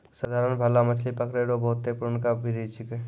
साधारण भाला मछली पकड़ै रो बहुते पुरनका बिधि छिकै